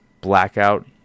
blackout